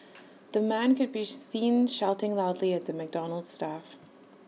the man could be seen shouting loudly at the McDonald's staff